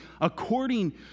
according